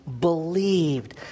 believed